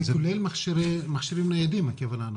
המקוונן זה כולל מכשירים ניידים הכוונה?